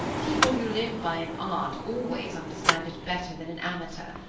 people who live by an art always understand it better than an amateur.